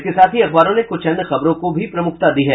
इसके साथ ही अखबारों ने कुछ अन्य खबरों को भी प्रमुखता दी है